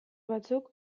batzuk